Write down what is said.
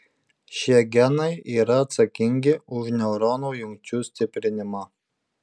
šie genai yra atsakingi už neuronų jungčių stiprinimą